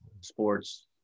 Sports